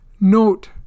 Note